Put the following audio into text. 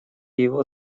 его